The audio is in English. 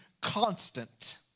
constant